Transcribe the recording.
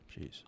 Jeez